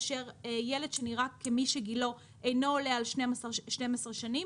ילד שנראה כמי שגילו אינו עולה על 12 שנים